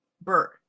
Bert